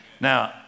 now